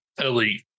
Elite